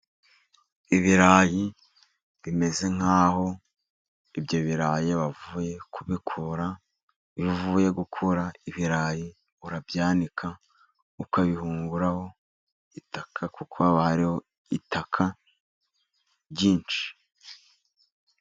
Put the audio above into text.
Ibirayi bimeze nkaho ibyo birayi bavuye kubikura. Iyo uvuye gukura ibirayi urabyanika, ukabihuraho itaka kuko haba hariho itaka ryinshi.